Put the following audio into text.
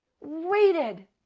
waited